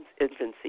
infancy